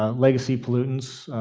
ah legacy pollutants,